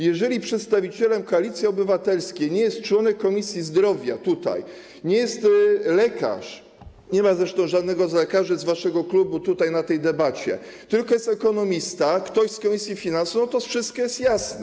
Jeżeli przedstawicielem Koalicji Obywatelskiej nie jest tutaj członek Komisji Zdrowia, nie jest lekarz, nie ma zresztą żadnego z lekarzy z waszego klubu podczas tej debaty, tylko jest ekonomista, ktoś z komisji finansów, to wszystko jest jasne.